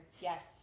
yes